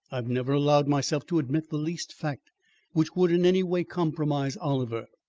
i have never allowed myself to admit the least fact which would in any way compromise oliver.